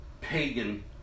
pagan